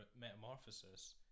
Metamorphosis